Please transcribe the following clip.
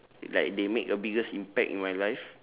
like they make a biggest impact in my life